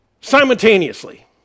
simultaneously